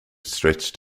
stretched